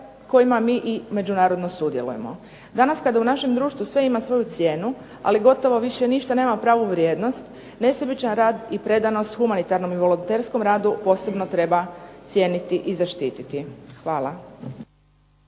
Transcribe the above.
kojima mi i međunarodno sudjelujemo. Danas kada u našem društvu sve ima svoju cijenu, ali gotovo više ništa nema pravu vrijednost, nesebičan rad i predanost humanitarnom i volonterskom radu posebno treba cijeniti i zaštiti. Hvala.